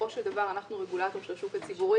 בסופו של דבר אנחנו רגולטור של השוק הציבורי.